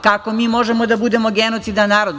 Kako mi možemo da budemo genocidan narod?